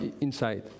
inside